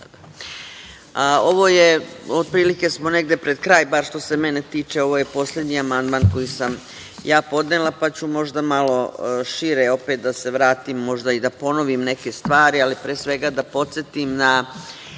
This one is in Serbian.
Otprilike smo negde pred kraj bar što se mene tiče. Ovo je poslednji amandman koji sam ja podnela pa ću možda malo šire, opet da se vratim, a možda i da ponovim neke stvari, ali pre svega da podsetim na